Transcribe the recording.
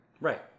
Right